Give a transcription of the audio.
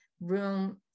room